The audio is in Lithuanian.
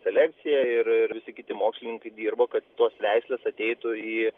selekcija ir ir visi kiti mokslininkai dirbo kad tos veislės ateitų į